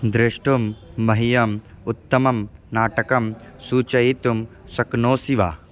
द्रष्टुं मह्यम् उत्तमं नाटकं सूचयितुं शक्नोषि वा